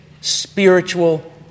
spiritual